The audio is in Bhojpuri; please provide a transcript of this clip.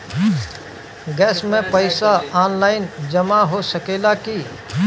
गैस के पइसा ऑनलाइन जमा हो सकेला की?